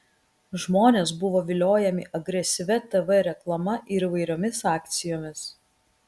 žmonės buvo viliojami agresyvia tv reklama ir įvairiomis akcijomis